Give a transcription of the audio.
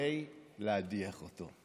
כדי להדיח אותו.